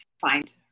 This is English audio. find